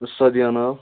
سعدیہ ناو